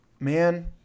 man